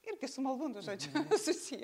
irgi su malūnu žodžiu susiję